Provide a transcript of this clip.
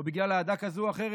או בגלל אהדה כזאת או אחרת.